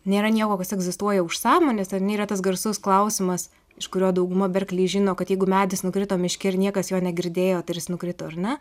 nėra nieko kas egzistuoja už sąmonės ar ne yra tas garsus klausimas iš kurio dauguma berklį žino kad jeigu medis nukrito miške ir niekas jo negirdėjo tai ar jis nukrito ar ne